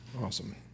Awesome